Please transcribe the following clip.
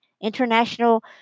international